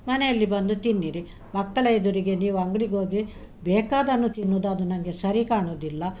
ಮನೆಯಲ್ಲಿ ಬಂದು ತಿನ್ನಿರಿ ಮಕ್ಕಳ ಎದುರಿಗೆ ನೀವು ಅಂಗಡಿಗೋಗಿ ಬೇಕಾದ್ದನ್ನು ತಿನ್ನುದು ಅದು ನನಗೆ ಸರಿ ಕಾಣುದಿಲ್ಲ